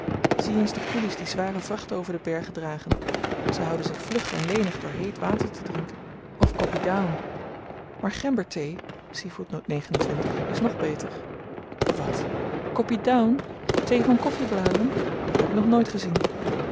zie eens de koelies die zware vrachten over de bergen dragen zy houden zich vlug en lenig door heet water te drinken of koppi dahoen maar gemberthee is nog beter wat koppi dahoen thee van koffibladen dat heb ik nog nooit gezien